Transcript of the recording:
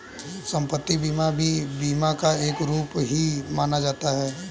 सम्पत्ति बीमा भी बीमा का एक रूप ही माना जाता है